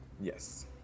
Yes